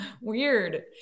Weird